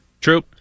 True